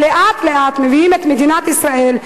לאט-לאט אתם מביאים את מדינת ישראל,